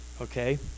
okay